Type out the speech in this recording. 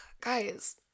guys